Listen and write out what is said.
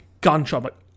Gunshot